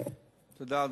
תודה.